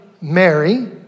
Mary